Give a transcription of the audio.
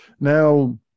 Now